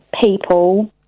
people